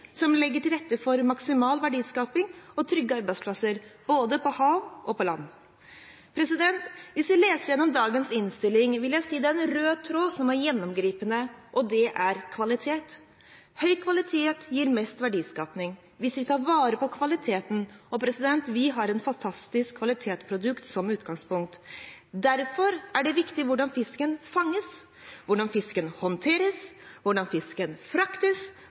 som legger til rette for maksimal verdiskaping og trygge arbeidsplasser både på havet og på land. Hvis vi leser gjennom dagens innstilling, vil jeg si det er en rød tråd som er gjennomgående, og det er kvalitet. Høy kvalitet gir mest verdiskaping hvis vi tar vare på kvaliteten, og vi har et fantastisk kvalitetsprodukt som utgangpunkt. Derfor er det viktig hvordan fisken fanges, hvordan fisken håndteres, hvordan fisken fraktes,